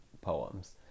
poems